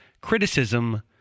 criticism